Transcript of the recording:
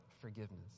forgiveness